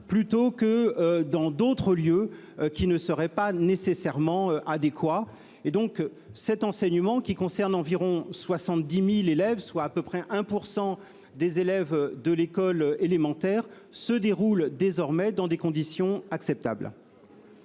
plutôt que dans d'autres lieux, qui ne seraient pas nécessairement adéquats. Cet enseignement, qui concerne environ 70 000 élèves, soit à peu près 1 % des enfants de l'école élémentaire, se déroule désormais dans des conditions acceptables.